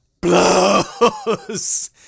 blows